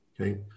Okay